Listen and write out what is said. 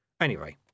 Anyway